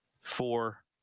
four